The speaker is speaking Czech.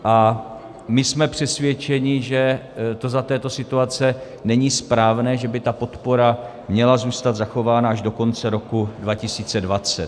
A my jsme přesvědčeni, že to za této situace není správné, že by ta podpora měla zůstat zachována až do konce roku 2020.